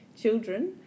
children